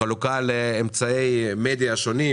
בחלוקה לאמצעי מדיה שונים,